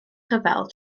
rhyfel